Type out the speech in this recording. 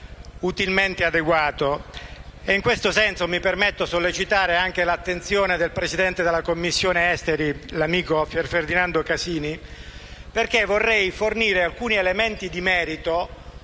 utilmente adeguato. In questo senso, mi permetto di sollecitare anche l'attenzione del Presidente della Commissione affari esteri del Senato, l'amico Pier Ferdinando Casini, perché vorrei fornire alcuni elementi di merito